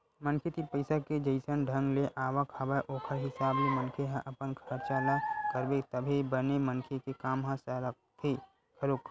मनखे तीर पइसा के जइसन ढंग ले आवक हवय ओखर हिसाब ले मनखे ह अपन खरचा ल करथे तभे बने मनखे के काम ह सरकथे घलोक